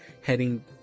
heading